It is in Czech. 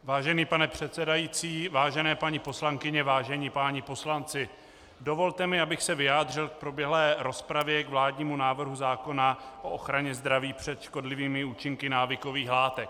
Vážený pane předsedající, vážené paní poslankyně, vážení páni poslanci, dovolte mi, abych se vyjádřil k proběhlé rozpravě k vládnímu návrhu zákona o ochraně zdraví před škodlivými účinky návykových látek.